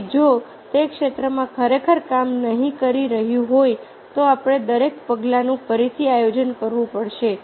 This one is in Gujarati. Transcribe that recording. તેથી જો તે ક્ષેત્રમાં ખરેખર કામ ન કરી રહ્યું હોય તો આપણે દરેક પગલાનું ફરીથી આયોજન કરવું પડશે